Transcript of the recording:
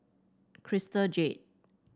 Crystal Jade